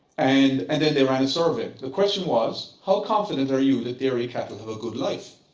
and and then they ran a survey. the question was, how confident are you that dairy cattle have a good life?